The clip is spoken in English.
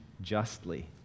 justly